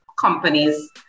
companies